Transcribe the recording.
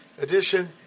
edition